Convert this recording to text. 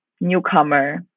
newcomer